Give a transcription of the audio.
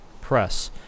press